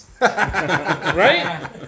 Right